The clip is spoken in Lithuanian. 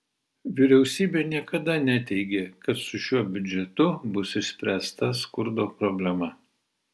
vyriausybė niekada neteigė kad su šiuo biudžetu bus išspręsta skurdo problema